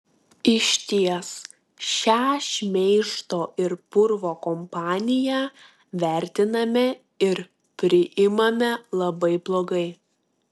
išties šią šmeižto ir purvo kampaniją vertiname ir priimame labai blogai